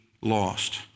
lost